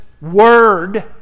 word